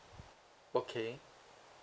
okay